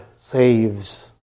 saves